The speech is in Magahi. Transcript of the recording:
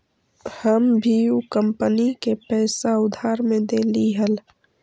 हम भी ऊ कंपनी के पैसा उधार में देली हल